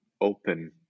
open